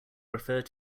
referred